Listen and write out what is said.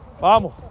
Vamos